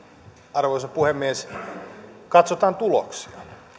arvoisa puhemies katsotaan tuloksia